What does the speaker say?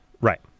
Right